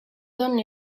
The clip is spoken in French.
donne